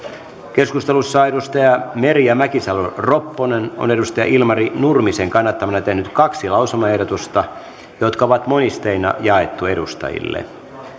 keskustelussa merja mäkisalo ropponen on ilmari nurmisen kannattamana tehnyt kaksi lausumaehdotusta jotka on monisteina jaettu edustajille